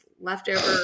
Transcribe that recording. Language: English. leftover